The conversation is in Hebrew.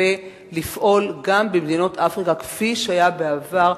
ולפעול גם במדינות אפריקה כפי שהיה בעבר,